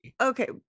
Okay